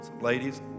Ladies